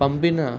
పంపిన